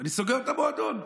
אני סוגר את המועדון,